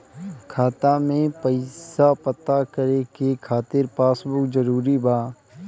खाता में पईसा पता करे के खातिर पासबुक जरूरी बा?